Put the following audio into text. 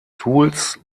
tools